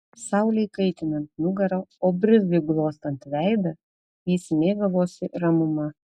saulei kaitinant nugarą o brizui glostant veidą jis mėgavosi ramuma